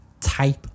type